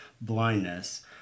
blindness